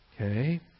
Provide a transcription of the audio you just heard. Okay